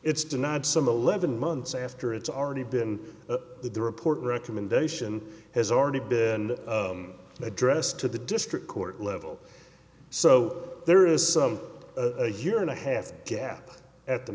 it's denied some eleven months after it's already been the report recommendation has already been addressed to the district court level so there is some a year and a half gap at the